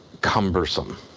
cumbersome